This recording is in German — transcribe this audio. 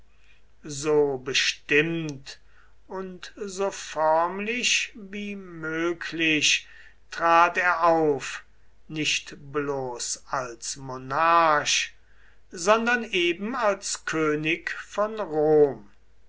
so bestimmt und so förmlich wie möglich trat er auf nicht bloß als monarch sondern eben als könig von rom